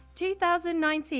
2019